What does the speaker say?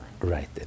Right